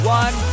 one